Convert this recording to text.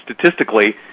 statistically